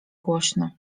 głośno